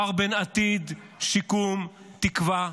בחר בין עתיד, שיקום, תקווה,